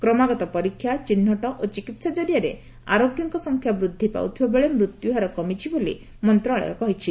କ୍ରମାଗତ ପରୀକ୍ଷା ଚିହ୍ନଟ ଓ ଚିକିତ୍ସା ଜରିଆରେ ଆରୋଗ୍ୟଙ୍କ ସଂଖ୍ୟା ବୃଦ୍ଧି ପାଉଥିବାବେଳେ ମୃତ୍ୟୁହାର କମିଛି ବୋଲି ମନ୍ତ୍ରଣାଳୟ କହିଛି